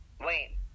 Wait